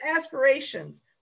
aspirations